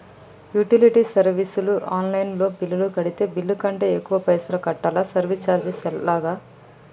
Utility service online లో bill కడితే bill కంటే ఎక్కువ పైసల్ కట్టాలా సర్వీస్ చార్జెస్ లాగా?